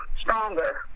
stronger